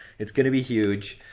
it's gonna be huge.